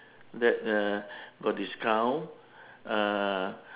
that uh got discount ah